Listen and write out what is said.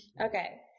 Okay